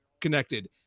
connected